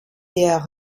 der